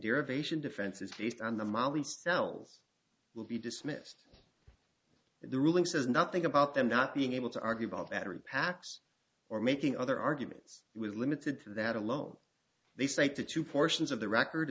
derivation defense is based on the molly cells will be dismissed the ruling says nothing about them not being able to argue about battery packs or making other arguments with limited that alone they say to two portions of the record